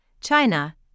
China